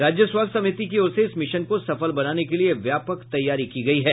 राज्य स्वास्थ्य समिति की ओर से इस मिशन को सफल बनाने के लिए व्यापक तैयारी की गयी है